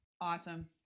Awesome